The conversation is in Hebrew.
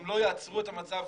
אם לא יעצרו את המצב